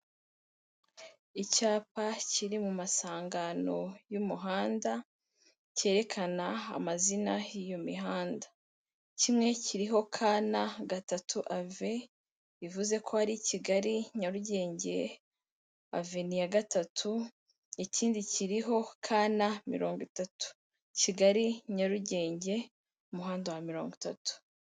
Icyapa kiri mu masangano y'umuhanda cyerekana amazina y'iyo mihanda, kimwe kiriho ka, na gatatu ave, bivuze ko ari Kigali Nyarugenge aveni ya gatatu, ikindi kiriho ka, na mirongo itatu, Kigali Nyarugenge umuhanda wa mirongo itatu.